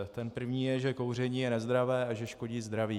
Ten první je, že kouření je nezdravé a že škodí zdraví.